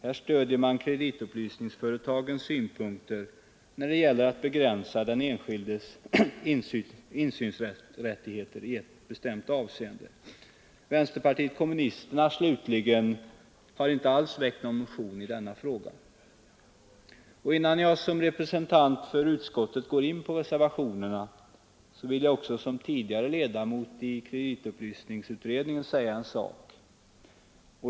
Här stöder man kreditupplysningsföretagens synpunkter när det gäller att begränsa den enskildes insynsrättigheter i ett bestämt avseende. Vänsterpartiet kommunisterna slutligen har inte alls väckt någon motion i denna fråga. Innan jag såsom representant för utskottet går in på reservationerna, vill jag också såsom tidigare ledamot av kreditupplysningsutredningen säga en sak.